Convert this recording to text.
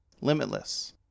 Limitless